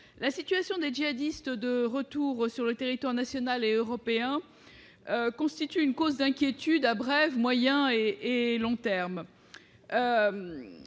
la situation des djihadistes de retour sur le territoire national et européen constitue une cause d'inquiétude à Brest moyen et et et long terme,